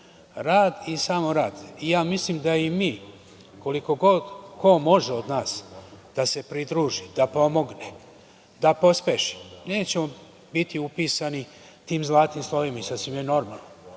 Rad i samo rad. Ja mislim da i mi koliko god ko može od nas da se pridruži, da pomogne, da pospeši nećemo biti upisani tim zlatnim slovima i sasvim je normalno,